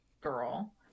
girl